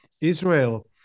Israel